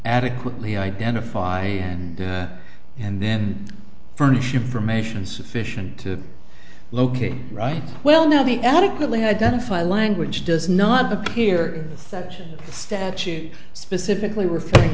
adequately identify and and then furnish information sufficient to locate right well now the adequately identify language does not appear such a statute specifically referring